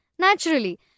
Naturally